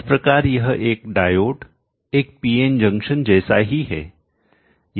इस प्रकार यह एक डायोड एक पीएन जंक्शन जैसा ही है